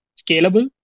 scalable